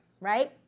Right